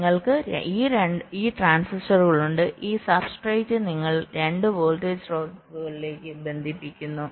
നിങ്ങൾക്ക് ഈ ട്രാൻസിസ്റ്ററുകൾ ഉണ്ട് ഈ സബ്സ്ട്രേറ്റ് നിങ്ങൾ രണ്ട് വോൾട്ടേജ് സ്രോതസ്സുകളിലേക്ക് ബന്ധിപ്പിക്കുന്നു